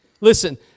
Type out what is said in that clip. Listen